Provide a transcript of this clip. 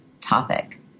topic